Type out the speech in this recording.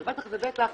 אבל בטח ובטח